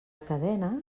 cadena